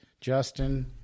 justin